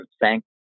Thank